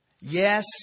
Yes